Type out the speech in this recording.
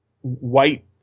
white